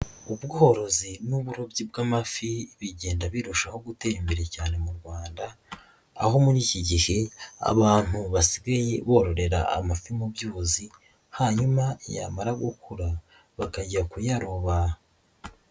Ubworozi n'uburobyi bw'amafi bigenda birushaho gutera imbere cyane mu Rwanda aho muri iki gihe abantu basigaye bororera amafi mu by'ubuzi hanyuma yamara gukura bakajya kuyaroba.